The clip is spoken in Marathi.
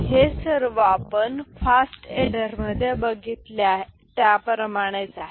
हे सर्व आपण फास्ट एडर मध्ये बघितले त्याप्रमाणेच आहे